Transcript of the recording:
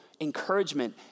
encouragement